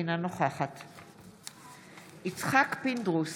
אינו נוכח יצחק פינדרוס,